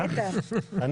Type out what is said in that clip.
איתן, ברכותיי.